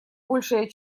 большее